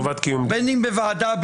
בין אם בוועדה,